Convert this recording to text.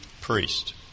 priest